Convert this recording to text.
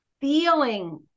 feeling